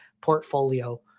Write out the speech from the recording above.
portfolio